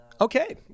Okay